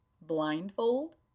blindfold